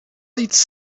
iets